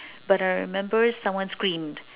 but I remember someone screamed